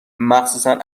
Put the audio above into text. مخصوصن